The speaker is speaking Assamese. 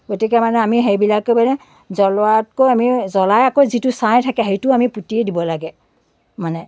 গতিকে মানে আমি সেইবিলাকে মানে জ্বলোৱাতকৈ আমি জ্বলাই আকৌ যিটো ছাই থাকে সেইটোও আমি পুঁতিয়ে দিব লাগে মানে